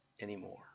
anymore